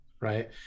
Right